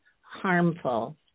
harmful